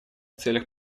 целях